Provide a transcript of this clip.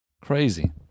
Crazy